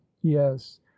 yes